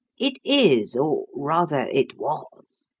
it is or, rather, it was.